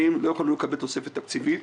לקבל תוספת תקציבית,